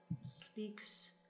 speaks